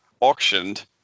Auctioned